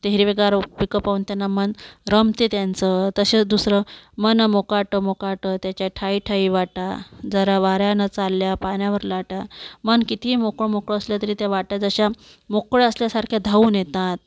ते हिरवेगार पिकं पाहून त्यांना मन रमते त्यांच तसेच दुसरं मन मोकाट मोकाट त्याच्या ठायी ठायी वाटा जरा वाऱ्यानं चालल्या पाण्यावर लाटा मन कितीही मोकळं मोकळं असलं तरी त्या वाट्या जशा मोकळं असल्यासारख्या धावून येतात